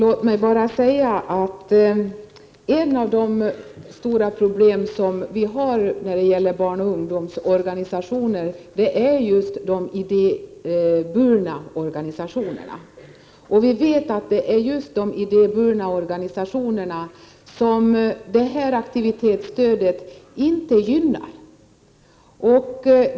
Fru talman! Ett av de stora problem som vi har när det gäller barnoch ungdomsorganisationer gäller de idéburna organisationerna. Det är just de idéburna organisationerna som det här aktivitetsstödet inte gynnar.